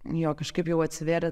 jo kažkaip jau atsivėrė